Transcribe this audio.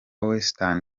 western